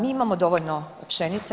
Mi imamo dovoljno pšenice.